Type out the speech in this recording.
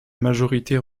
majorité